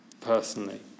personally